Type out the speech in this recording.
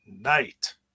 night